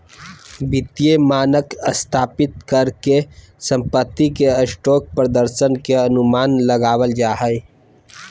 वित्तीय मानक स्थापित कर के कम्पनी के स्टॉक प्रदर्शन के अनुमान लगाबल जा हय